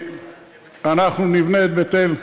אנחנו נבנה את בית-אל,